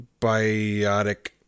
Biotic